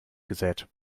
gesät